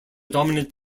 dominant